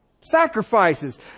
sacrifices